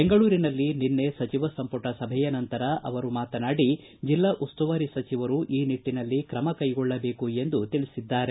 ಬೆಂಗಳೂರಿನಲ್ಲಿ ನಿನ್ನೆ ಸಚಿವ ಸಂಪುಟ ಸಭೆಯ ನಂತರ ಅವರು ಮಾತನಾಡಿ ಜಿಲ್ಲಾ ಉಸ್ತುವಾರಿ ಸಚಿವರು ಈ ನಿಟ್ಟನಲ್ಲಿ ಕ್ರಮಕ್ಕೆಗೊಳ್ಳಬೇಕು ಎಂದು ತಿಳಿಸಿದ್ದಾರೆ